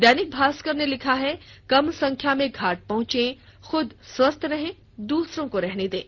दैनिक भास्कर ने लिखा है कम संख्या में घाट पहुंचें खुद स्वस्थ रहें दूसरों को रहने दें